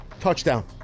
Touchdown